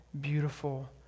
beautiful